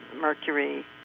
mercury